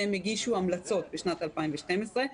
הוועדה הגישה המלצות בשנת 2012,